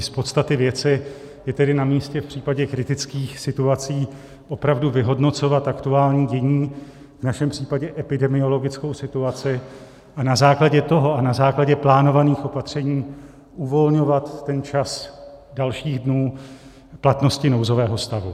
Z podstaty věci je tedy namístě v případě kritických situací opravdu vyhodnocovat aktuální dění, v našem případě epidemiologickou situaci, a na základě toho a na základě plánovaných opatření uvolňovat ten čas dalších dnů platnosti nouzového stavu.